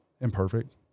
imperfect